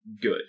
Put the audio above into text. good